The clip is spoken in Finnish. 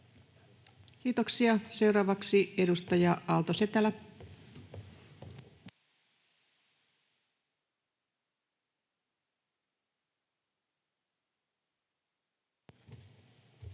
Kiitoksia. — Seuraavaksi edustaja Aalto-Setälä. Arvoisa